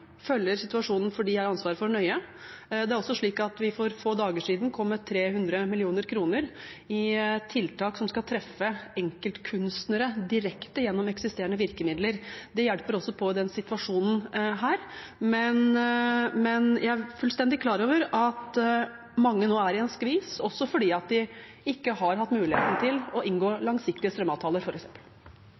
følger situasjonen for dem jeg har ansvaret for, nøye. For få dager siden kom vi også med 300 mill. kr til tiltak som skal treffe enkeltkunstnere direkte gjennom eksisterende virkemidler. Det hjelper også på denne situasjonen. Men jeg er fullstendig klar over at mange nå er i en skvis, også fordi de ikke har hatt muligheten til å inngå langsiktige strømavtaler,